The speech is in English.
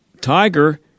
Tiger